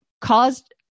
caused